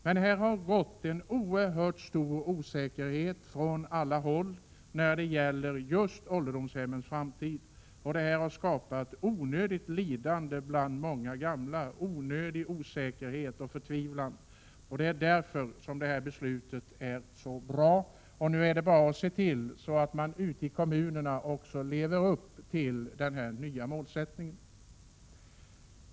Det har rått en oerhört stor osäkerhet från alla håll när det just gäller ålderdomshemmens framtid. Det har skapat onödigt lidande och onödig osäkerhet och förtvivlan bland många gamla människor. Det är därför det här beslutet är så bra. Nu är det bara att se till att man också ute i kommunerna lever upp till denna nya målsättning.